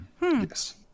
Yes